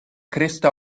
cresta